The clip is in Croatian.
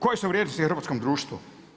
Koje su vrijednosti u hrvatskom društvu?